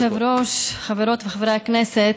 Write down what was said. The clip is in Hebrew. טוב, כבוד היושב-ראש, חברות וחברי הכנסת,